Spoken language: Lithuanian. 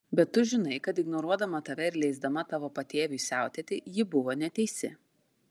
bet tu žinai kad ignoruodama tave ir leisdama tavo patėviui siautėti ji buvo neteisi